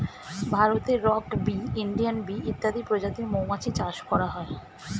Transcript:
ভারতে rock bee, Indian bee ইত্যাদি প্রজাতির মৌমাছি চাষ করা হয়